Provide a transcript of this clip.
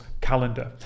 calendar